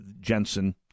Jensen